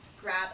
grab